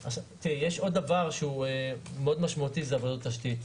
דבר נוסף מאוד משמעותי הוא עבודות התשתית.